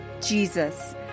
Jesus